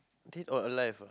dead or alive ah